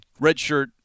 redshirt